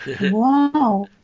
Wow